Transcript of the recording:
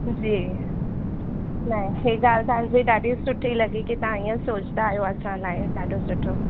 जी न हे ॻाल्हि तव्हांजी ॾाढी सुठी लॻी की तव्हां हीअं सोचिंदा आहियो असां लाइ ॾाढो सुठो